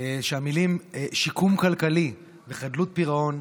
שהמילים "שיקום כלכלי" ו"חדלות פירעון"